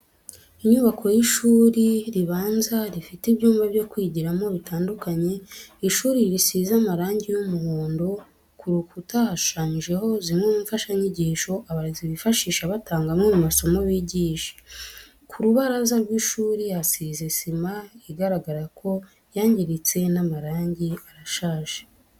Inyubako y'ishuri ribanza rifite ibyumba byo kwigiramo bitandukanye, ishuri risize amarangi y'umuhondo, ku rukuta hashushanyijeho zimwe mu mfashanyigisho abarezi bifashisha batanga amwe mu masomo bigisha. Ku rubaraza rw'ishuri hasize sima igaragara ko yangiritse n'amarangi arashaje.